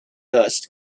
dust